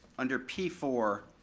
under p four,